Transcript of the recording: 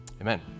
amen